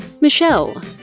Michelle